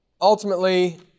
ultimately